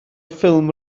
ffilm